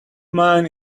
mine